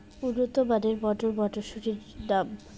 উন্নত মানের মটর মটরশুটির নাম?